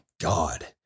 God